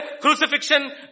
crucifixion